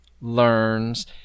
learns